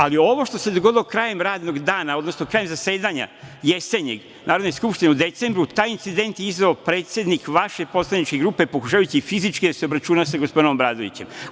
Ali, ovo što se dogodilo krajem radnog dana, odnosno krajem jesenjeg zasedanja Narodne skupštine u decembru, taj incident je izazvao predsednik vaše poslaničke grupe, pokušavajući fizički da se obračuna sa gospodinom Obradovićem.